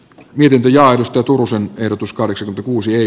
yritys ja risto turusen erotus kahdeksan kuusi